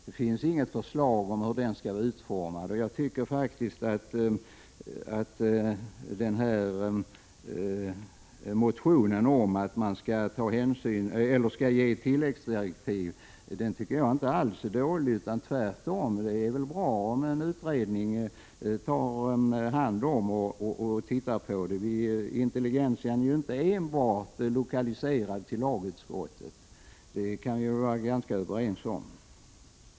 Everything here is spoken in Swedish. Det finns inget förslag om hur den skall vara utformad. Jag tycker faktiskt att motionen om att riksdagen hos regeringen skall begära tilläggsdirektiv till miljöskadefondsutredningen inte alls är dålig utan tvärtom. Det är väl bra om en utredning tar hand om detta. Intelligentian är ju inte enbart 179 lokaliserad till lagutskottet — det kan vi väl vara ganska överens om.